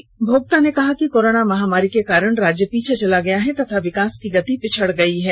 मंत्री श्री भोक्ता ने कहा कि कोरोना महामारी के कारण राज्य पीछे चला गया है तथा विकास की गति पिछड़ गई है